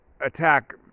attack